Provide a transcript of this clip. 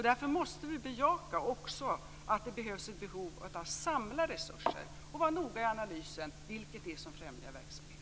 Därför måste vi bejaka också behovet av att samla resurser och vara noga i analysen av vad som främjar verksamheten.